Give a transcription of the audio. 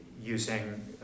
using